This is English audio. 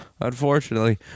unfortunately